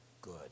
good